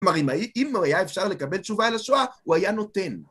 כלומר, אם היה אפשר לקבל תשובה על השואה, הוא היה נותן.